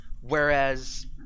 Whereas